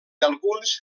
alguns